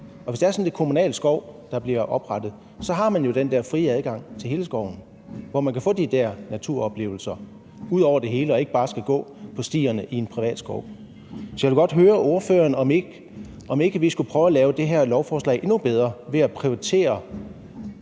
Og hvis det er sådan, at det er kommunal skov, der bliver oprettet, har man jo den der frie adgang til hele skolen, hvor man kan få de der naturoplevelser over det hele, så man ikke bare skal gå på stierne i en privat skov. Så jeg vil godt høre ordføreren, om ikke vi skulle prøve at lave det her lovforslag endnu bedre ved at prioritere